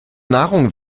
nahrung